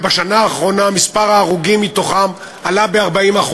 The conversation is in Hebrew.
ובשנה האחרונה מספר ההרוגים מתוכם עלה ב-40%.